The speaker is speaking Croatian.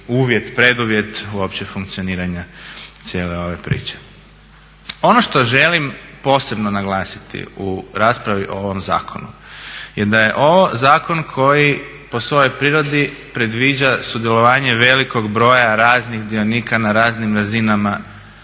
uvjet preduvjet uopće funkcioniranja cijele ove priče. Ono što želim posebno naglasiti u raspravu o ovom zakonu je da je ovo zakon koji po svojoj prirodi predviđa sudjelovanje velikog broja raznih dionika na raznim razinama